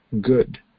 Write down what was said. good